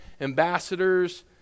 ambassadors